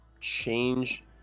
change